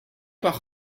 par